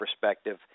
perspective